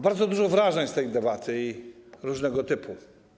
Bardzo dużo wrażeń z tej debaty, różnego typu.